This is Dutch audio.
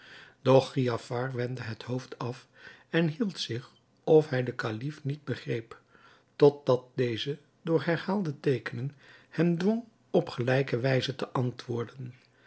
doch giafar wendde het hoofd af en hield zich of hij den kalif niet begreep tot dat deze door herhaalde teekenen hem dwong op gelijke wijze te antwoorden